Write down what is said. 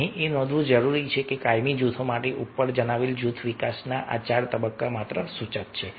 અહીં એ નોંધવું જોઇએ કે કાયમી જૂથો માટે ઉપર જણાવેલ જૂથ વિકાસના આ ચાર તબક્કા માત્ર સૂચક છે